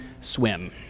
swim